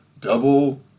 double